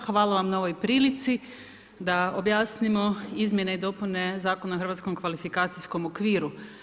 Hvala vam na ovoj prilici da objasnimo izmjene i dopune Zakona o Hrvatskom kvalifikacijskom okviru.